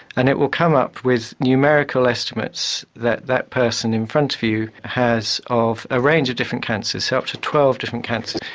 and it will come up with numerical estimates that that person in front of you has of a range of different cancers, up to twelve different cancers.